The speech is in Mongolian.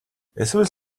эсвэл